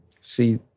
See